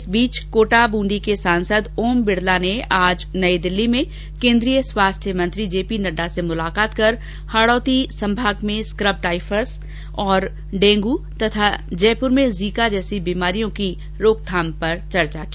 इस बीच कोटा बूंदी के सांसद ओम बिड़ला ने आज नई दिल्ली केन्द्रीय स्वास्थ्य मंत्री जे पी नड़डा से मुलाकात कर हाड़ौती संभाग में स्क्रबटाइफस और डेंग् वहीं जयपुर में जीका जैसी बीमारियों की रोकथाम पर चर्चा की